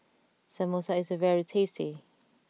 Samosa is very tasty